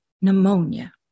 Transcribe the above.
pneumonia